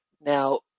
Now